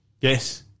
yes